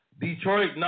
Detroit